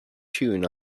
tune